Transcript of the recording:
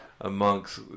Amongst